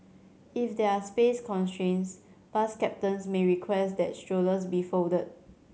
if there are space constraints bus captains may request that strollers be folded